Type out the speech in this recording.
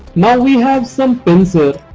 now we have some pins ah